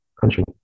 country